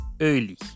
early